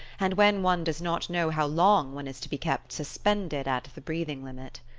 and when one does not know how long one is to be kept suspended at the breathing-limit.